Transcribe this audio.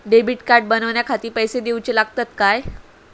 Debit card बनवण्याखाती पैसे दिऊचे लागतात काय?